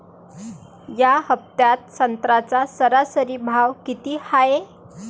या हफ्त्यात संत्र्याचा सरासरी भाव किती हाये?